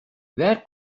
where